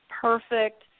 perfect